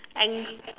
any